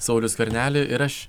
saulių skvernelį ir aš